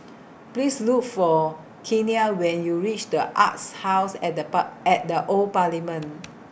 Please Look For Kenia when YOU REACH The Arts House At The Bar At The Old Parliament